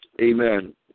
Amen